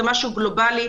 זה משהו גלובלי,